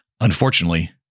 Unfortunately